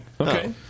Okay